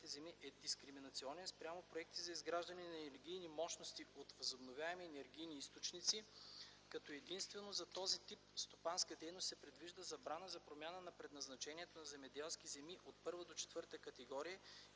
е дискриминационен спрямо проекти за изграждане на енергийни мощности от възобновяеми енергийни източници, като единствено за този тип стопанска дейност се предвижда забрана за промяна на предназначението на земеделски земи от първа до четвърта категория